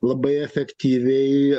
labai efektyviai